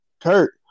Kurt